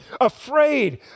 afraid